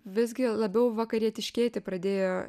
visgi labiau vakarietiškėti pradėjo